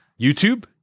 YouTube